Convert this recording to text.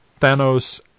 Thanos